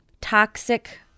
toxic